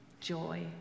joy